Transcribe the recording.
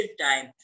time